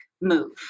move